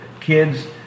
kids